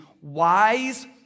wise